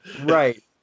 Right